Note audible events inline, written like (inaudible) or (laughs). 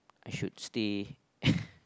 I should stay (laughs)